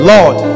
Lord